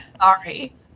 sorry